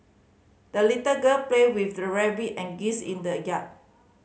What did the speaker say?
the little girl played with the rabbit and geese in the yard